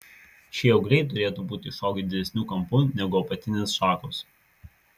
šie ūgliai turėtų būti išaugę didesniu kampu negu apatinės šakos